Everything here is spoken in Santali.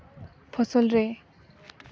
ᱯᱷᱚᱥᱚᱞ ᱨᱮ